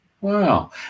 Wow